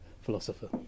philosopher